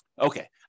Okay